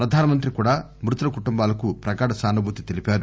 ప్రధానమంత్రి కూడా మృతుల కుటుంబాలకు ప్రగాఢ సానుభూతి తెలిపారు